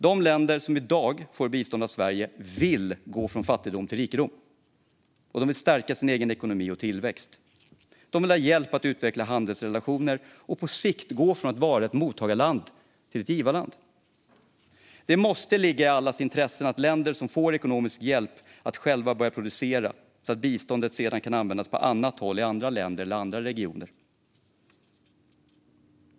De länder som i dag får bistånd av Sverige vill gå från fattigdom till rikedom, och de vill stärka sin egen ekonomi och tillväxt. De vill ha hjälp att utveckla handelsrelationer och på sikt gå från att vara ett mottagarland till att bli ett givarland. Det måste ligga i allas intresse att länder som får ekonomisk hjälp själva börjar producera så att biståndet sedan kan användas på annat håll, i andra länder eller i andra regioner.